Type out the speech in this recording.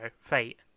fate